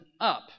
up